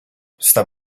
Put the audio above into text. sta